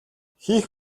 хийх